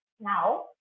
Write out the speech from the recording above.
now